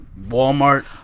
Walmart